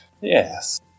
Yes